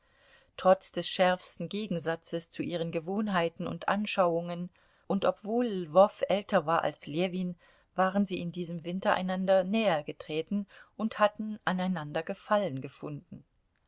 trotz des schärfsten gegensatzes in ihren gewohnheiten und anschauungen und obwohl lwow älter war als ljewin waren sie in diesem winter einander nähergetreten und hatten aneinander gefallen gefunden